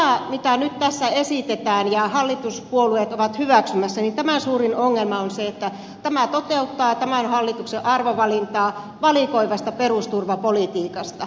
tämän mitä nyt tässä esitetään ja minkä hallituspuolueet ovat hyväksymässä suurin ongelma on se että tämä toteuttaa tämän hallituksen arvovalintaa valikoivasta perusturvapolitiikasta